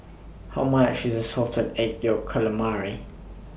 How much IS Salted Egg Yolk Calamari